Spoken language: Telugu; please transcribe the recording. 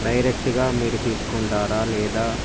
డైరెక్ట్గా మీరు తీసుకుంటారా లేదా